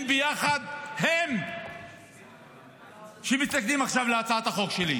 ביחד הן שמתנגדות עכשיו להצעת החוק שלי,